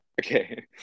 Okay